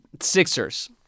Sixers